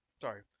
Sorry